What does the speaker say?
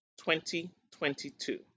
2022